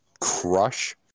crush